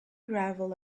gravel